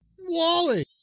Wally